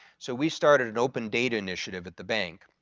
so we started an open data initiative at the bank.